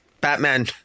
Batman